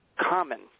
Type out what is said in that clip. common